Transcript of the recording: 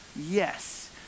Yes